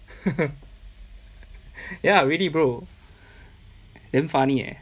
ya really bro damn funny leh